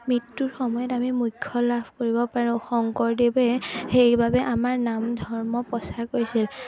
মৃত্যুৰ সময়ত আমি মুখ্য লাভ কৰিব পাৰোঁ শংকৰদেৱে সেইবাবে আমাৰ নাম ধৰ্ম প্ৰচাৰ কৰিছিল